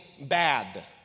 bad